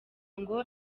ngo